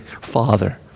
Father